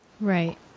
Right